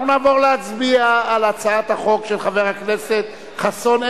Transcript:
אנחנו נעבור להצביע על הצעת החוק של חבר הכנסת חסון,